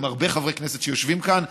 עם הרבה חברי כנסת שיושבים כאן,